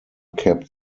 kept